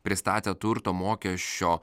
pristatė turto mokesčio